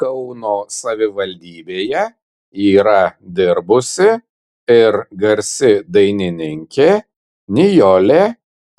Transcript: kauno savivaldybėje yra dirbusi ir garsi dainininkė nijolė